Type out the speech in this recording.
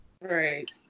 Right